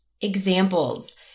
examples